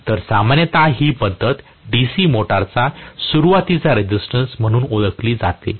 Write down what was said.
तर सामान्यत ही पद्धत DC मोटारचा सुरुवातीचा रेसिस्टन्स म्हणून ओळखली जाते